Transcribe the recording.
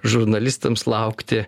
žurnalistams laukti